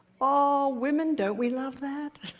oh, women, don't we love that,